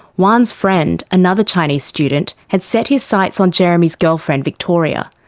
wan's friend, another chinese student, had set his sights on jeremy's girlfriend victoria.